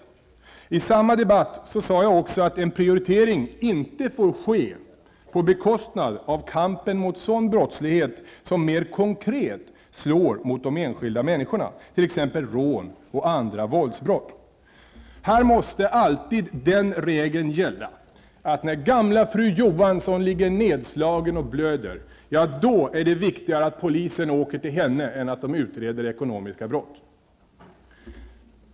Men i samma debatt sade jag också att en prioritering inte får ske på bekostnad av kampen mot sådan brottslighet som mer konkret slår mot de enskilda människorna, t.ex. rån och andra våldsbrott. Här måste alltid den regeln gälla att när gamla fru Johansson ligger nedslagen och blöder -- då är det viktigare att polisen åker till henne än att man utreder ekonomiska brott.